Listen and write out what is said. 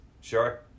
Sure